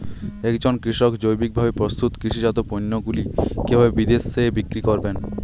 একজন কৃষক জৈবিকভাবে প্রস্তুত কৃষিজাত পণ্যগুলি কিভাবে বিদেশে বিক্রি করবেন?